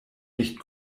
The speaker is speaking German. nicht